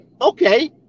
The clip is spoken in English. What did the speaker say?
okay